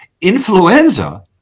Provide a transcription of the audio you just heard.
Influenza